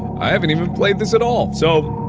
i haven't even played this at all, so,